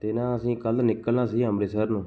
ਅਤੇ ਨਾ ਅਸੀਂ ਕੱਲ੍ਹ ਨਿਕਲਣਾ ਸੀ ਅੰਮ੍ਰਿਤਸਰ ਨੂੰ